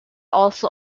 also